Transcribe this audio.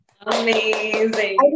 Amazing